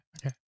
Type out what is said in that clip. okay